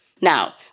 Now